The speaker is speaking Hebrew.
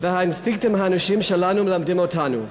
והאינסטינקטים האנושיים שלנו מלמדים אותנו.